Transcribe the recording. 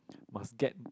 must get